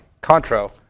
Contro